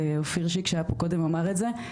אופיר שיק שהיה פה קודם אמר את זה.